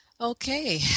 Okay